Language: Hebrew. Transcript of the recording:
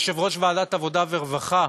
כיושב-ראש ועדת העבודה והרווחה